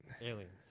Aliens